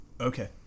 Okay